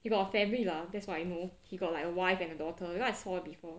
he got a family lah that's what I know he got like a wife and a daughter cause I saw before